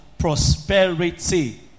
Prosperity